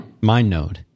MindNode